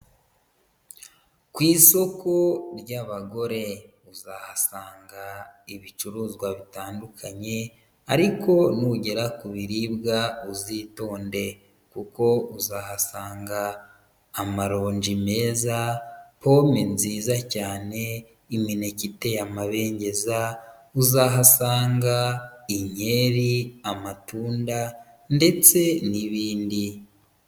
Ku isoko ry'abagore uzahasanga ibicuruzwa bitandukanye ariko nugera ku biribwa uzitonde kuko uzahasanga amaronji meza, pome nziza cyane, imineke iteye amabengeza, uzahasanga inkeri, amatunda ndetse n'ibindi.